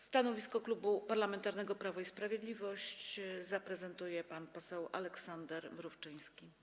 Stanowisko Klubu Parlamentarnego Prawo i Sprawiedliwość zaprezentuje pan poseł Aleksander Mrówczyński.